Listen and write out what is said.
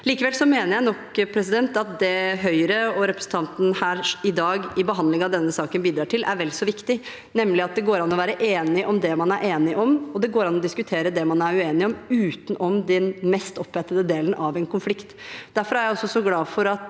Likevel mener jeg at det Høyre og representanten Asheim bidrar til her i dag i behandlingen av denne saken, er vel så viktig, nemlig at det går an å være enig om det man er enig om, og det går an å diskutere det man er uenig om, utenom den mest opphetede delen av en konflikt. Derfor er jeg så glad for at